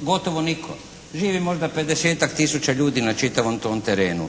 gotovo nitko, živi možda 50-tak tisuća ljudi na čitavom tom terenu.